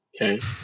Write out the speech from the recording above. okay